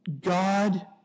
God